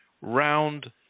round